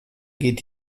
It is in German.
geht